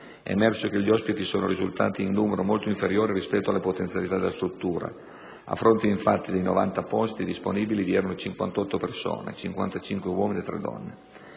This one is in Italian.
È emerso che gli ospiti sono risultati di numero molto inferiore rispetto alle potenzialità della struttura: a fronte infatti dei 90 posti disponibili, vi erano 58 persone (55 uomini e 3 donne).